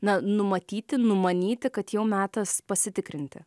na numatyti numanyti kad jau metas pasitikrinti